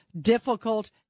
difficult